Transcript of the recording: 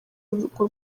urwo